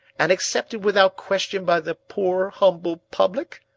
and accepted without question by the poor humble public?